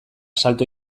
salto